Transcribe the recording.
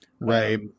Right